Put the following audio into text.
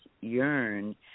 yearn